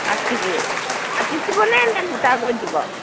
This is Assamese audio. পাঁচ কেজি কাটি দিবনে নে গোটাকৈ দিব